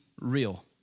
real